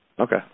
Okay